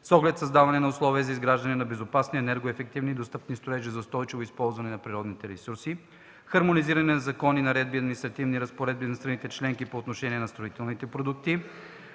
оглед създаване на условия за изграждането на безопасни, енергоефективни и достъпни строежи с устойчиво използване на природните ресурси; – хармонизиране на законите, наредбите и административните разпоредби на страните членки по отношение на строителните продукти;